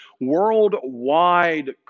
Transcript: worldwide